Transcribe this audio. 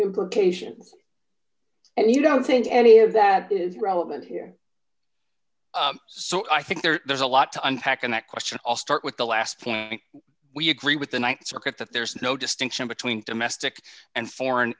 implications and you don't think any of that is relevant here so i think there's a lot to unpack in that question i'll start with the last point we agree with the th circuit that there's no distinction between domestic and foreign